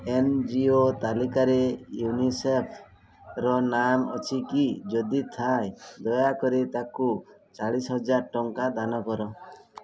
N G O ତାଲିକାରେ ୟୁନିସେଫ୍ର ନାମ ଅଛି କି ଯଦି ଥାଏ ଦୟାକରି ତା'କୁ ଚାଳିଶ ହଜାର ଟଙ୍କା ଦାନ କର